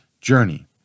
journey